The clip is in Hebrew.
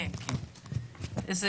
תודה רבה,